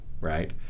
right